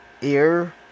ear